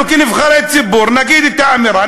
אנחנו כנבחרי ציבור נגיד את האמירה,